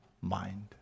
mind